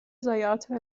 ضایعات